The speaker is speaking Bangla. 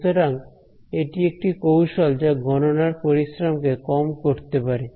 সুতরাং এটি একটি কৌশল যা গণনার পরিশ্রম কে কম করতে পারে